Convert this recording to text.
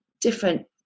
different